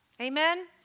Amen